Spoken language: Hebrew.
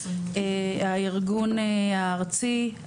ארגון הארצי,